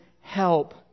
help